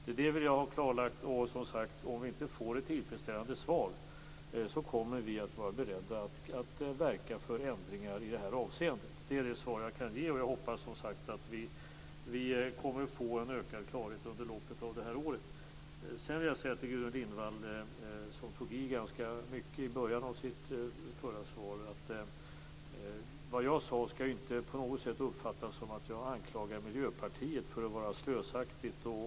Det är det vi vill ha klarlagt, och om vi inte får ett tillfredsställande svar kommer vi att vara beredda att verka för ändringar i det här avseendet. Det är det svar jag kan ge och jag hoppas, som sagt, att vi kommer att få en ökad klarhet under loppet av det här året. Sedan vill jag säga till Gudrun Lindvall, som tog i ganska mycket i början av sitt förra inlägg, att det jag sade inte på något sätt skall uppfattas som att jag anklagar Miljöpartiet för att vara slösaktigt.